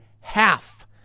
half